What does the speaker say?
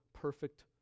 perfect